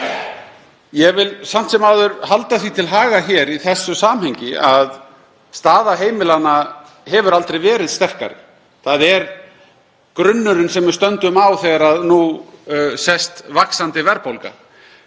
Ég vil samt sem áður halda því til haga í þessu samhengi að staða heimilanna hefur aldrei verið sterkari. Það er grunnurinn sem við stöndum á þegar nú sést vaxandi verðbólga.